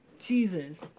Jesus